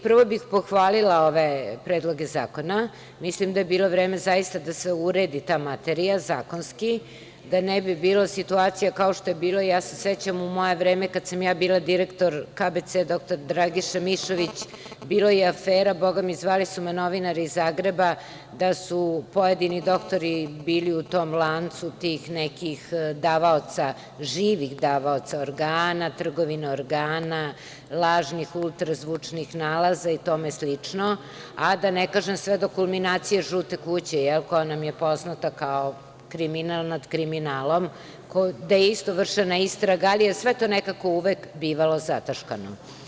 Prvo bih pohvalila ove predloge zakona i mislim da je zaista bilo vreme da se uredi ta materija zakonski, da ne bi bilo situacija kao što je bilo, ja se sećam u moje vreme, kad sam ja bila direktor KBS „Dr Dragiša Mišović“, bilo je afera, zvali su me novinari iz Zagreba, da su pojedini doktori bili u tom lancu tih nekih živih davaoca organa, trgovina organa, lažnih ultrazvučnih nalaza i tome slično, a da ne kažem sve do kulminacije žute kuće, koja nam je poznata kao kriminal nad kriminalom, gde je isto vršena istraga, ali je sve to nekako uvek bivalo zataškano.